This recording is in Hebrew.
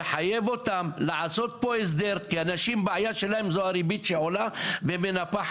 לחייב אותם לעשות פה הסדר כי הבעיה של אנשים זו הריבית שעולה ומנפחת,